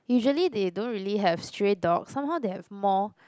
usually they don't really have stray dogs somehow they have more